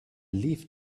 leafed